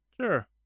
Sure